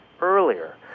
earlier